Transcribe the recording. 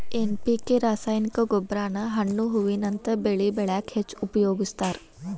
NPK ರಾಸಾಯನಿಕ ಗೊಬ್ಬರಾನ ಹಣ್ಣು ಹೂವಿನಂತ ಬೆಳಿ ಬೆಳ್ಯಾಕ ಹೆಚ್ಚ್ ಉಪಯೋಗಸ್ತಾರ